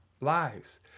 lives